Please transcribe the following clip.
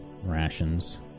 rations